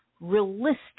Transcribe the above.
realistic